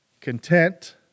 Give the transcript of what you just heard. content